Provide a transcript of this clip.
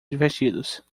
divertidos